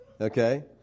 Okay